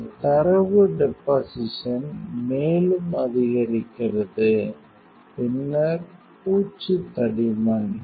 இந்த தரவு டெபொசிஷன் மேலும் அதிகரிக்கிறது பின்னர் பூச்சு தடிமன்